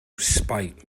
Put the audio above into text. spite